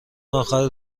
اخر